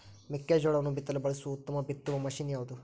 ಮೆಕ್ಕೆಜೋಳವನ್ನು ಬಿತ್ತಲು ಬಳಸುವ ಉತ್ತಮ ಬಿತ್ತುವ ಮಷೇನ್ ಯಾವುದು?